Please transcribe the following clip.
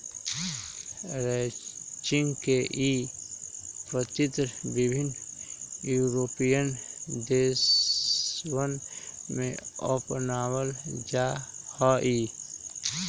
ranching के ई पद्धति विभिन्न यूरोपीयन देशवन में अपनावल जाहई